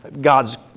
God's